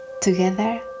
together